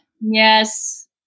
Yes